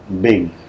big